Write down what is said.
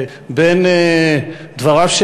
בין דבריו,